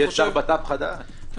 יש שר בט"פ חדש, תהיה אופטימי.